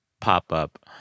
pop-up